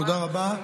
תודה רבה.